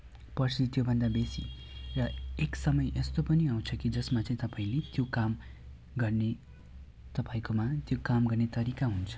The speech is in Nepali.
पर्सी त्यो भन्दा बेसी र एक समय यस्तो पनि आउँछ कि जसमा चाहिँ तपाईँले त्यो काम गर्ने तपाईँकोमा त्यो काम गर्ने तरिका हुन्छ